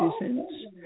citizens